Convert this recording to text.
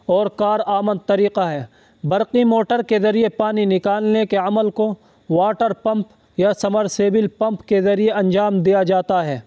اور کارآمد طریقہ ہے برقی موٹر کے ذریعے پانی نکالنے کے عمل کو واٹر پمپ یا سمر سیبل پمپ کے ذریعے انجام دیا جاتا ہے